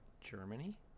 germany